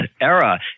era